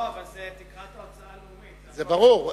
לא, אבל זה תקרת ההוצאה, זה ברור.